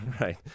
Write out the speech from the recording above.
Right